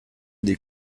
des